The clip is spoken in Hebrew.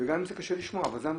גם אם זה קשה לשמוע, אבל זה המצב.